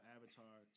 Avatar